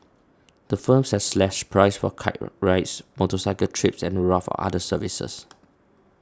the firms have slashed prices for car rides motorcycle trips and a raft of other services